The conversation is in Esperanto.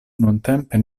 nuntempe